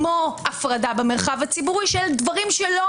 כמו הפרדה במרחב הציבורי דברים שלא